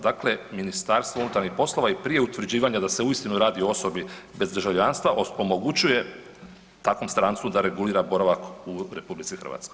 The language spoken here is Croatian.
Dakle, MUP i prije utvrđivanja da se uistinu radi o osobi bez državljanstva omogućuje takvom strancu da regulira boravak u RH.